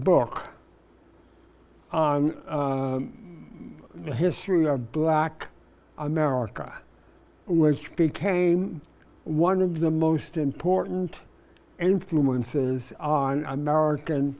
book on the history of black america which became one of the most important influences on american